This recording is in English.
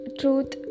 truth